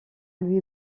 lui